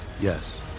Yes